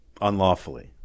unlawfully